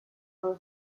are